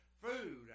food